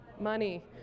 Money